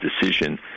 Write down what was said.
decision